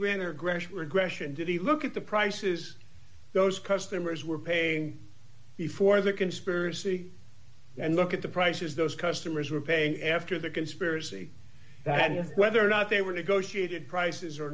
aggression did he look at the prices those customers were paying before the conspiracy and look at the prices those customers were paying after the conspiracy that whether or not they were negotiated prices or